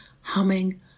humming